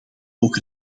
ook